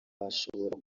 washobora